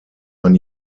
man